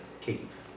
cave